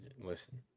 Listen